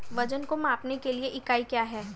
वजन को मापने के लिए इकाई क्या है?